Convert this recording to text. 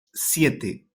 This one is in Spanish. siete